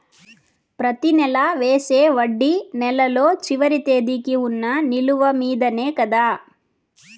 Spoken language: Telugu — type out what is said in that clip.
ప్రతి నెల వేసే వడ్డీ నెలలో చివరి తేదీకి వున్న నిలువ మీదనే కదా?